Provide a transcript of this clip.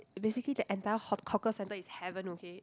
basically the entire hawk~ hawker-centre is heaven okay